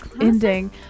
ending